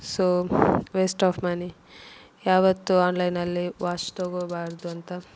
so waste of money ಯಾವತ್ತೂ ಆನ್ಲೈನಲ್ಲಿ watch ತೊಗೊಬಾರದು ಅಂತ